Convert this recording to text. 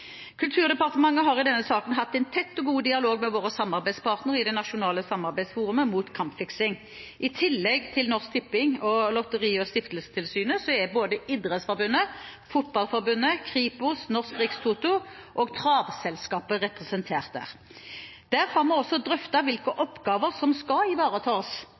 Kulturdepartementet har i denne saken hatt en tett og god dialog med våre samarbeidspartnere i det nasjonale samarbeidsforumet mot kampfiksing. I tillegg til Norsk Tipping og Lotteri- og stiftelsestilsynet er både Idrettsforbundet, Fotballforbundet, Kripos, Norsk Rikstoto og Travselskapet representert der. Vi har drøftet hvilke oppgaver som skal ivaretas,